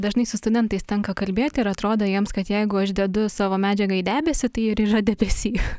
dažnai su studentais tenka kalbėti ir atrodo jiems kad jeigu aš dedu savo medžiagą į debesį tai ir yra debesy